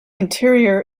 interior